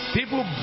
People